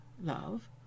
love